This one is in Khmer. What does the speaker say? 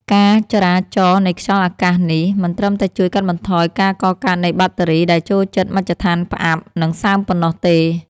ការចរាចរនៃខ្យល់អាកាសនេះ មិនត្រឹមតែជួយកាត់បន្ថយការកកើតនៃបាក់តេរីដែលចូលចិត្តមជ្ឈដ្ឋានផ្អាប់ និងសើមប៉ុណ្ណោះទេ។